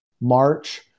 March